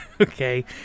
okay